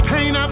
pain